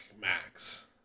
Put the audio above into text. max